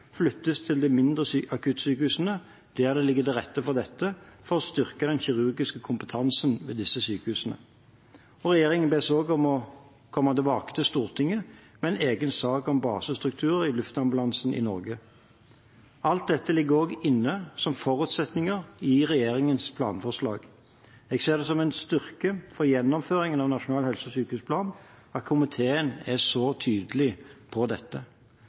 flyttes til de mindre akuttsykehusene der det ligger til rette for dette, for å styrke den kirurgiske kompetansen ved disse sykehusene. Regjeringen bes også om å komme tilbake til Stortinget med en egen sak om basestruktur i luftambulansen i Norge. Alt dette ligger også inne som forutsetninger i regjeringens planforslag. Jeg ser det som en styrke for gjennomføringen av Nasjonal helse- og sykehusplan at komiteen er så tydelig på dette.